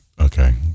Okay